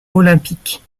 olympique